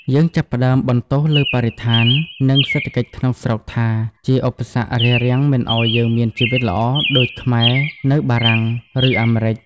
យើងចាប់ផ្តើមបន្ទោសលើបរិស្ថាន និងសេដ្ឋកិច្ចក្នុងស្រុកថា ជាឧបសគ្គរារាំងមិនឱ្យយើងមានជីវិតល្អដូចខ្មែរនៅបារាំង ឬអាមេរិក។